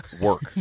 work